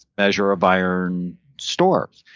measure of iron stored.